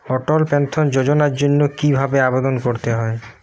অটল pension যোজনার জন্য কি ভাবে আবেদন করতে হয়?